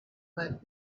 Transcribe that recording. but